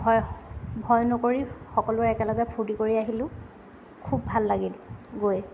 ভয় ভয় নকৰি সকলোৱে একেলগে ফূৰ্তি কৰি আহিলোঁ খুব ভাল লাগিল গৈ